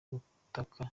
gutaka